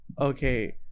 Okay